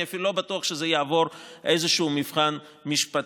אני אפילו לא בטוח שזה יעבור איזשהו מבחן משפטי,